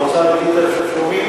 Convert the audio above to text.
האוצר הקדים תשלומים,